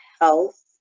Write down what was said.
health